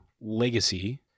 Legacy